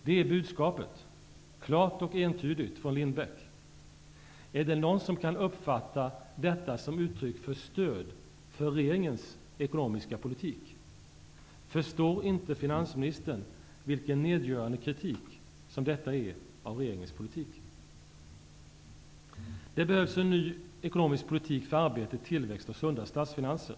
Det är budskapet, klart och entydigt, från Lindbeck. Är det någon som kan uppfatta detta som uttryck för stöd för regeringens ekonomiska politik? Förstår inte finansministern vilken nedgörande kritik som detta är av regeringens politik? Det behövs en ny ekonomisk politik för arbete, tillväxt och sunda statsfinanser.